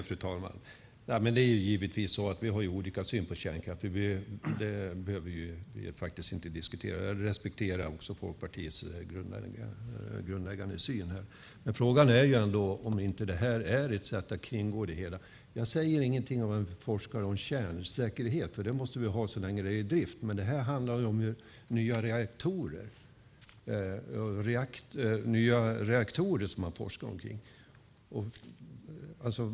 Fru talman! Det är givetvis så att vi har olika syn på kärnkraft. Det behöver vi inte diskutera. Jag respekterar också Folkpartiets grundläggande syn här. Frågan är ändå om detta inte är ett sätt att kringgå det hela. Jag säger ingenting om vi forskar om kärnsäkerhet. En sådan forskning måste vi ha så länge det är i drift. Men detta handlar om nya reaktorer som man forskar om.